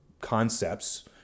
concepts